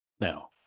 now